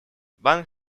банк